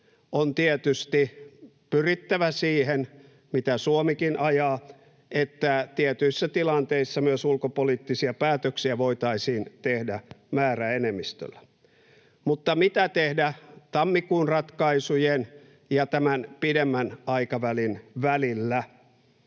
on tietysti pyrittävä siihen, mitä Suomikin ajaa, että tietyissä tilanteissa myös ulkopoliittisia päätöksiä voitaisiin tehdä määräenemmistöllä. Mutta mitä tehdä tammikuun ratkaisujen ja tämän pidemmän aikavälin välillä?